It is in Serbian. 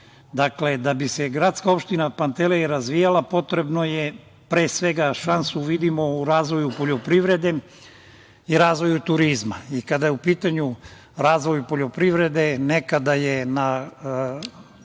Dakle, da bi se GO Pantelej razvijala, potrebno je, pre svega, šansu vidimo u razvoju poljoprivrede i razvoju turizma. Kada je u pitanju razvoj poljoprivrede nekada je na